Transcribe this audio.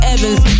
Evans